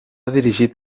dirigit